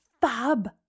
fab